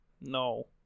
No